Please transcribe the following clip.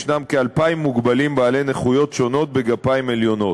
יש כ-2,000 מוגבלים בעלי נכויות שונות בגפיים עליונות.